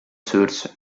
source